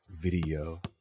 video